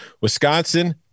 Wisconsin